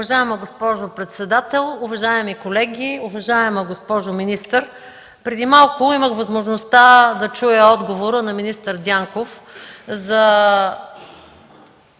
Уважаема госпожо председател, уважаеми колеги, уважаема госпожо министър! Преди малко имах възможността да чуя отговора на министър Дянков за